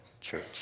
church